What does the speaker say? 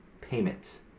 payments